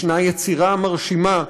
ישנה יצירה מרשימה.